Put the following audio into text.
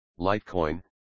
Litecoin